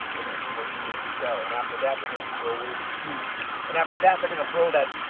they're gonna throw you in a cell and after that, they're gonna throw away the key and after that, they're gonna throw that.